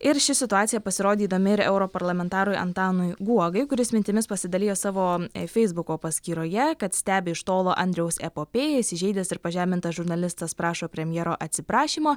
ir ši situacija pasirodė įdomi ir europarlamentarui antanui guogai kuris mintimis pasidalijo savo feisbuko paskyroje kad stebi iš tolo andriaus epopėją įsižeidęs ir pažemintas žurnalistas prašo premjero atsiprašymo